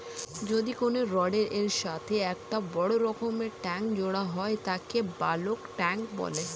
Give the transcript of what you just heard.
যদি কোনো রডের এর সাথে একটা বড় রকমের ট্যাংক জোড়া হয় তাকে বালক ট্যাঁক বলে